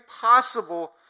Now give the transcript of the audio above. possible